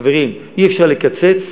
חברים, אי-אפשר לקצץ,